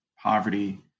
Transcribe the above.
poverty